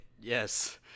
Yes